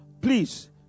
Please